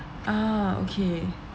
ah okay